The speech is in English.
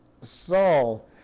Saul